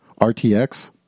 RTX